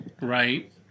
Right